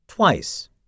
Twice